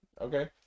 Okay